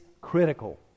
critical